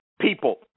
people